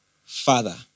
father